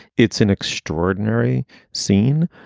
it's an extraordinary scene.